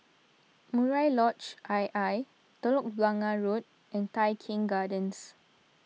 Murai Lodge I I Telok Blangah Road and Tai Keng Gardens